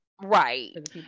right